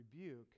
rebuke